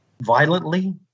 violently